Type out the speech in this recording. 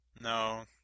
No